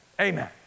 Amen